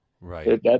Right